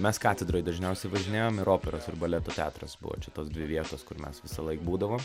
mes katedroj dažniausiai važinėjom ir operos ir baleto teatras buvo čia tos vietos kur mes visąlaik būdavom